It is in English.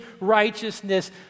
righteousness